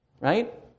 Right